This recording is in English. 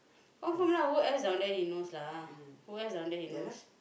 who else down there he knows lah who else down there he knows